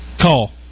Call